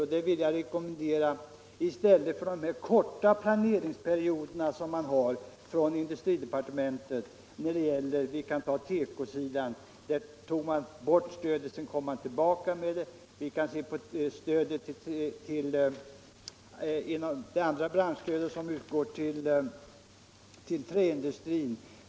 När det gällde t.ex. tekoindustrin tog man först bort stödet, och sedan återkom man med det, och även stödet till träindustrin har en mycket kortvarig inriktning.